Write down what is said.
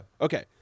Okay